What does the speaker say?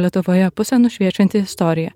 lietuvoje pusę nušviečianti istorija